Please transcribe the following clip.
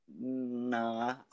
Nah